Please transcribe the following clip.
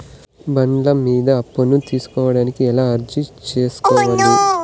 బండ్ల మీద అప్పును తీసుకోడానికి ఎలా అర్జీ సేసుకోవాలి?